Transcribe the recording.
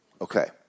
Okay